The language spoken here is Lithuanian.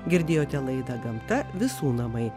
girdėjote laidą gamta visų namai